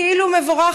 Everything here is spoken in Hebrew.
כאילו מבורך.